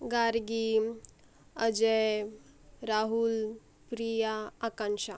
Gargi Ajay Rahul Priya Akansha